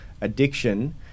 addiction